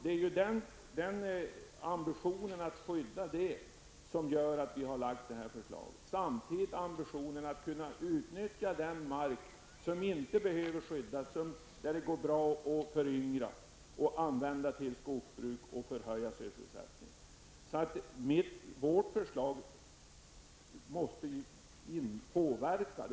Det är ambitionen att skydda dem och samtidigt ambitionen att utnyttja den mark som inte behöver skyddas, som går bra att föryngra, använda för skogsbruk och därigenom höja sysselsättningen som har drivit oss att lägga fram detta förslag.